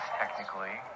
technically